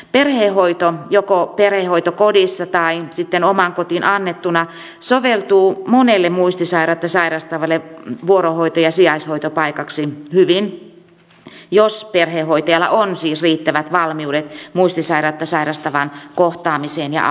perhehoito joko perhehoitokodissa tai sitten omaan kotiin annettuna soveltuu monelle muistisairautta sairastavalle vuorohoito ja sijaishoitopaikaksi hyvin jos perhehoitajalla siis on riittävät valmiudet muistisairautta sairastavan kohtaamiseen ja auttamiseen